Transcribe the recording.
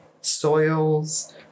soils